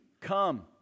Come